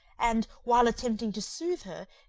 and, while attempting to soothe her,